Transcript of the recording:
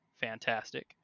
fantastic